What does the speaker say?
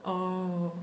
oh